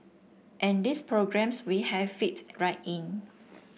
and these programmes we have fit right in